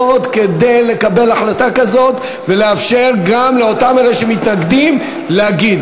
כדי לקבל החלטה כזאת ולאפשר גם לאלה שמתנגדים להגיד.